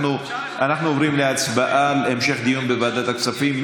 אנחנו עוברים להצבעה על המשך דיון בוועדת הכספים.